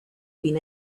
been